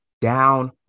down